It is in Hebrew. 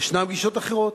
ישנן גישות אחרות.